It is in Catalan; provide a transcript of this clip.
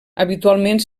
habitualment